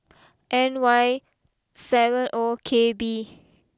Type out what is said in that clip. N Y seven O K B